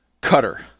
cutter